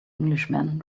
englishman